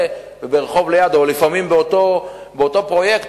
וברחוב ליד או לפעמים באותו פרויקט,